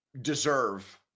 deserve